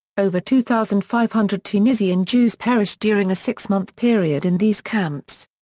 over two thousand five hundred tunisian jews perished during a six-month period in these camps.